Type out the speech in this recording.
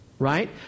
right